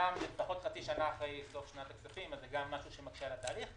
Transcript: אמנם לפחות חצי שנה אחרי סוף שנת הכספים וזה גם דבר שמקשה על התהליך,